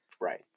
Right